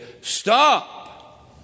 stop